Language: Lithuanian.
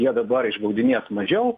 jie dabar išgaudinės mažiau